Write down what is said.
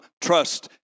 trust